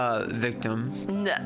Victim